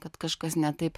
kad kažkas ne taip